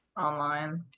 Online